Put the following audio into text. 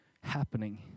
happening